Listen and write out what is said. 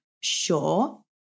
sure